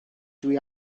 dwi